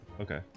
Okay